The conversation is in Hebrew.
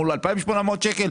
מול 2,800 שקלים.